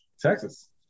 Texas